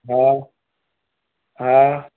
हा हा